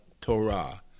Torah